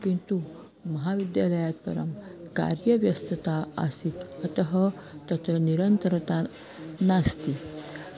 किन्तु महाविद्यालयात् परं कार्यव्यस्तता आसीत् अतः तत्र निरन्तरता नास्ति